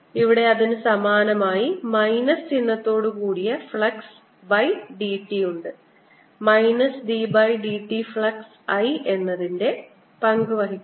ഇവിടെ അതിന് സമാനമായി മൈനസ് ചിഹ്നത്തോടുകൂടിയ ഫ്ലക്സ് by dt ഉണ്ട് minus d by dt flux I എന്നതിൻറെ പങ്ക് വഹിക്കും